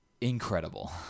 incredible